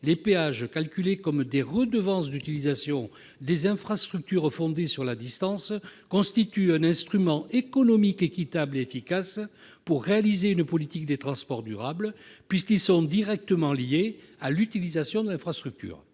les péages, calculés comme des redevances d'utilisation des infrastructures fondées sur la distance, constituent un instrument économique équitable et efficace pour réaliser une politique des transports durable, puisqu'ils sont directement liés à l'utilisation de l'infrastructure.